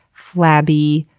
flabby,